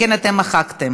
אם כן, אתם מחקתם.